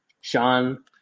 Sean